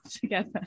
together